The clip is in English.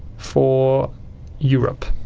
for europe.